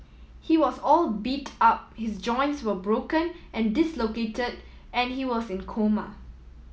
he was all beat up his joints were broken and dislocate and he was in coma